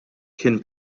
kien